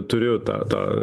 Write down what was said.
turiu tą tą